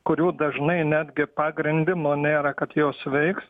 kurių dažnai netgi pagrindimo nėra kad jos veiks